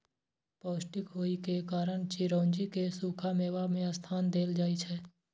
पौष्टिक होइ के कारण चिरौंजी कें सूखा मेवा मे स्थान देल जाइ छै